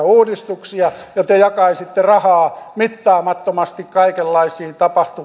uudistuksia ja te jakaisitte rahaa mittaamattomasti kaikenlaisiin